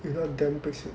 if not damn pekchek